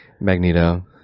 Magneto